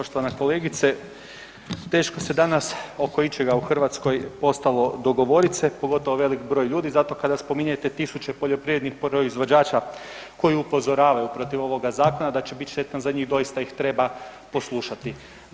Poštovana kolegice teško se danas oko ičega u Hrvatskoj postalo dogovorit se pogotovo velik broj ljudi, zato kada spominjete tisuće poljoprivrednih proizvođača koji upozoravaju protiv ovoga zakona da će biti štetan za njih doista ih treba poslušati.